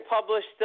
published